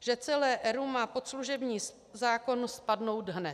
že celé ERÚ má pod služební zákon spadnout hned.